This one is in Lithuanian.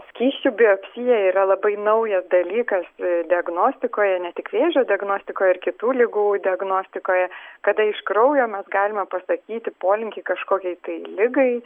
skysčių biopsija yra labai naujas dalykas diagnostikoje ne tik vėžio diagnostikoje ir kitų ligų diagnostikoje kada iš kraujo mes galime pasakyti polinkį kažkokiai tai ligai